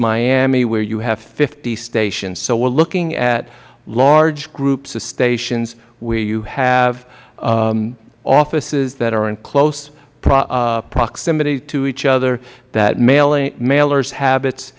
miami where you have fifty stations so we are looking at large groups of stations where you have offices that are in close proximity to each other that mailers habits